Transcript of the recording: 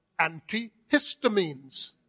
antihistamines